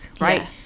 right